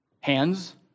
Hands